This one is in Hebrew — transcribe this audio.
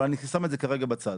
אבל אני שם את זה כרגע בצד.